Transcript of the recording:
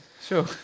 sure